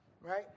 Right